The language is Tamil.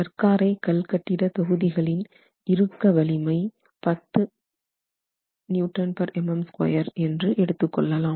கற் காரை கல் கட்டிட தொகுதிகளின் இறுக்க வலிமை 10 MPa என்று எடுத்துக்கொள்ளலாம்